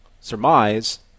surmise